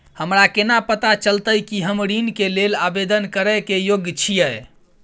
हमरा केना पता चलतई कि हम ऋण के लेल आवेदन करय के योग्य छियै?